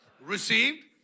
received